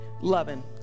loving